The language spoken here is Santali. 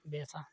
ᱵᱮᱥᱟ